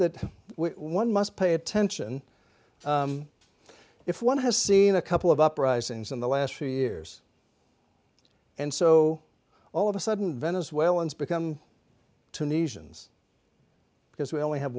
that one must pay attention if one has seen a couple of uprisings in the last few years and so all of a sudden venezuelans become tunisians because we only have